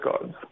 gods